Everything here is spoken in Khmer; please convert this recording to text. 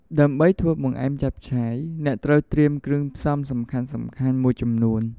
ដើម្បីធ្វើបង្អែមចាប់ឆាយ អ្នកត្រូវត្រៀមគ្រឿងផ្សំសំខាន់ៗមួយចំនួន។